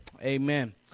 Amen